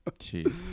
Jeez